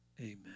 Amen